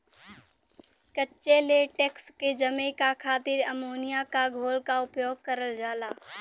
कच्चे लेटेक्स के जमे क खातिर अमोनिया क घोल क उपयोग करल जाला